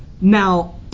Now